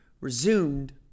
resumed